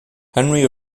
henry